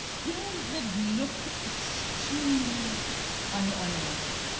things that look extremely unornamental.